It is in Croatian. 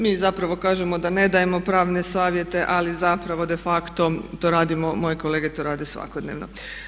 Mi zapravo kažemo da ne dajemo pravne savjete ali zapravo de facto to radimo, moje kolege to rade svakodnevno.